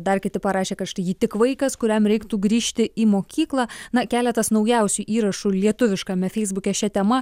dar kiti parašė kad štai ji tik vaikas kuriam reiktų grįžti į mokyklą na keletas naujausių įrašų lietuviškame feisbuke šia tema